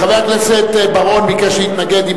חבר הכנסת בר-און ביקש להתנגד.